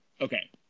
okay